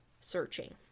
searching